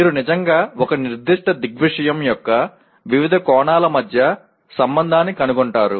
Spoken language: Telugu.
మీరు నిజంగా ఒక నిర్దిష్ట దృగ్విషయం యొక్క వివిధ కోణాల మధ్య సంబంధాన్ని కనుగొంటున్నారు